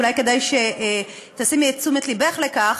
אולי כדאי שתפני את תשומת לבך לכך